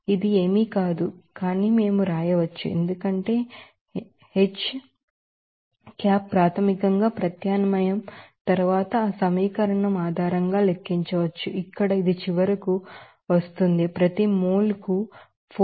ఇది ఏమీ కాదు కానీ మేము వ్రాయవచ్చు ఎందుకంటే H hat ప్రాథమికంగా ప్రత్యామ్నాయం తరువాత ఆ సమీకరణం ఆధారంగా లెక్కించవచ్చు ఇక్కడ ఇది చివరకు వస్తుంది ప్రతి మోల్ కు 4102